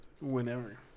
whenever